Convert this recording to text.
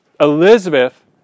Elizabeth